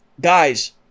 guys